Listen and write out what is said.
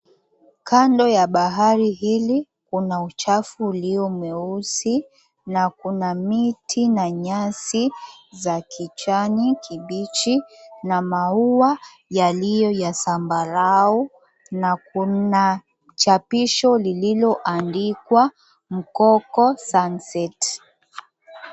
Kando ya bahari hili, kuna uchafu ulio meusi na kuna miti na nyasi ya kijani kibichi na maua yaliyo ya zambarau na kuna chapisho lililoandikwa, MKOKO SUNSET.